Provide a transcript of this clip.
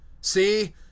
see